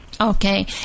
Okay